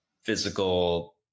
physical